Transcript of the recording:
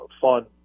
fun